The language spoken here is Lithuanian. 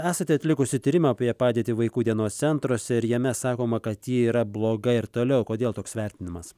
esate atlikusi tyrimą apie padėtį vaikų dienos centruose ir jame sakoma kad ji yra bloga ir toliau kodėl toks vertinimas